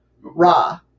Ra